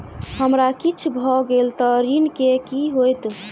हमरा किछ भऽ गेल तऽ ऋण केँ की होइत?